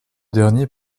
dernier